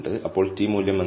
അപ്പോൾ t മൂല്യം എന്താണ്